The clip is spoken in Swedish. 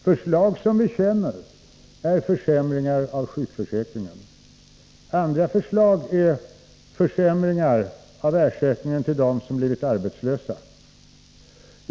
Förslag som vi känner är försämringar av sjukförsäkringen och av ersättningen till dem som blivit arbetslösa.